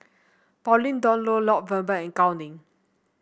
Pauline Dawn Loh Lloyd Valberg and Gao Ning